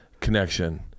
connection